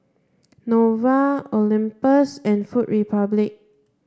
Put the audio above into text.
Nova Olympus and Food Republic